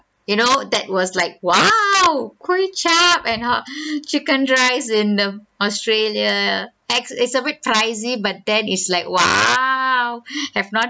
you know that was like !wow! kuey chap and uh chicken rice in err australia ex~ it's a bit pricey but that is like !wow! have not